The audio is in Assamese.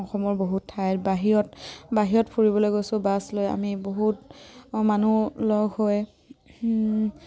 অসমৰ বহুত ঠাইত বাহিৰত বাহিৰত ফুৰিবলৈ গৈছোঁ বাছ লৈ আমি বহুত মানুহ লগ হৈ